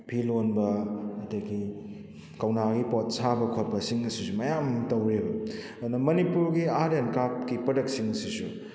ꯐꯤ ꯂꯣꯟꯕ ꯑꯗꯨꯗꯒꯤ ꯀꯧꯅꯥꯒꯤ ꯄꯣꯠ ꯁꯥꯕ ꯈꯣꯠꯄꯁꯤꯡ ꯑꯁꯤꯁꯨ ꯃꯌꯥꯝ ꯑꯃ ꯇꯧꯔꯤꯕ ꯑꯗꯨꯅ ꯃꯅꯤꯄꯨꯔꯒꯤ ꯑꯥꯔꯠ ꯑꯦꯟ ꯀ꯭ꯔꯥꯐꯀꯤ ꯄ꯭ꯔꯗꯛꯁꯤꯡꯁꯤꯁꯨ